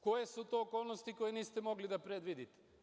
Koje su to okolnosti koje niste mogli da predvidite?